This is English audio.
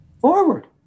forward